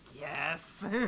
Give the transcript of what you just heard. yes